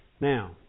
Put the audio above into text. Now